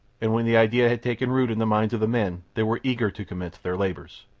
and when the idea had taken root in the minds of the men they were eager to commence their labours.